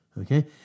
okay